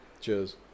Cheers